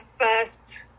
first